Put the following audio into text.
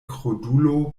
krudulo